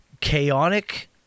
chaotic